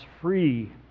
free